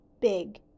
big